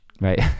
Right